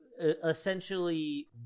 essentially